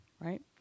right